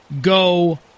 go